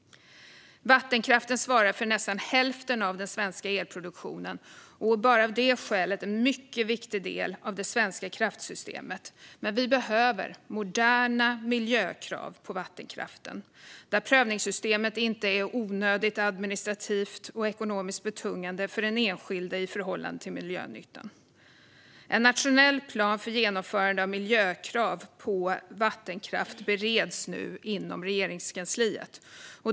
Vattenkraften svarar för nästan hälften av den svenska elproduktionen och är bara av det skälet en mycket viktig del av det svenska kraftsystemet. Men vi behöver moderna miljökrav på vattenkraften där prövningssystemet inte är onödigt administrativt och ekonomiskt betungande för den enskilde i förhållande till miljönyttan. En nationell plan för genomförande av miljökrav på vattenkraft bereds inom Regeringskansliet.